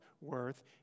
worth